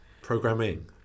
Programming